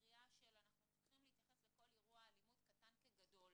הקריאה שאנחנו צריכים להתייחס לכל אירוע אלימות קטן כגדול,